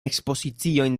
ekspoziciojn